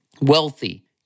wealthy